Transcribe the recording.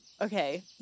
Okay